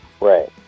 Right